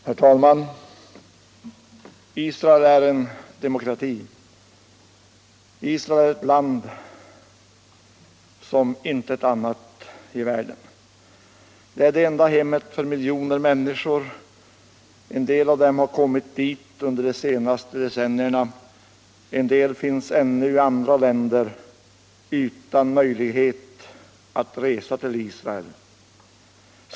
Herr talman! Israel är en demokrati. Israel är ett land som intet annat i världen. Det är det enda hemmet för miljoner människor. En stor del av dem har kommit dit under de senaste decennierna. Många som vill komma dit finns ännu i andra länder utan möjlighet att resa till Israel.